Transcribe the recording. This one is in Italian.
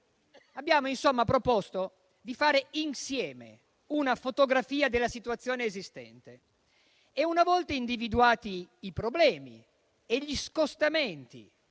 Abbiamo insomma proposto di fare insieme una fotografia della situazione esistente e, una volta individuati i problemi e gli scostamenti